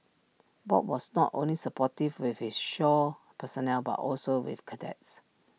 bob was not only supportive with his shore personnel but also with cadets